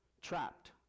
trapped